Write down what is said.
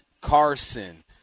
Carson